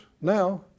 now